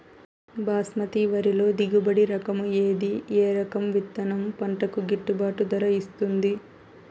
బాస్మతి వరిలో దిగుబడి రకము ఏది ఏ రకము విత్తనం పంటకు గిట్టుబాటు ధర ఇస్తుంది